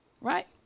right